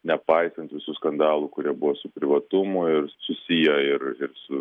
nepaisant visų skandalų kurie buvo su privatumu ir susiję ir ir su